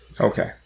Okay